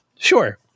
Sure